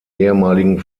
ehemaligen